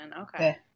Okay